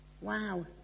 Wow